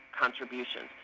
contributions